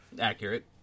Accurate